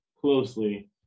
closely